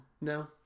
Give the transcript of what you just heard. No